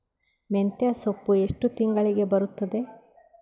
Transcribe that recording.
ಮೆಂತ್ಯ ಸೊಪ್ಪು ಎಷ್ಟು ತಿಂಗಳಿಗೆ ಬರುತ್ತದ?